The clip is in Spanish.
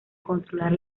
controlar